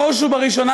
בראש ובראשונה,